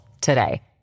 today